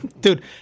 dude